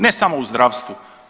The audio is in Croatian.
Ne samo u zdravstvu.